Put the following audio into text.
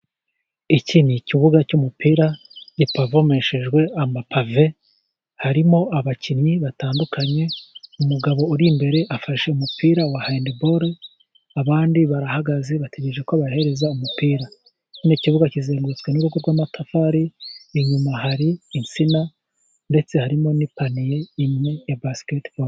Iki ni ikibuga cy'umupira gipavomeshejwe amapave, harimo abakinnyi batandukanye. Umugabo uri imbere afashe umupira wa handiboru abandi barahagaze bategereje ko abahereza umupira. Ikibuga kizengurutswe n'urugo rw'amatafari, inyuma hari insina, ndetse harimo n'ipaniye imwe ya basiketiboru.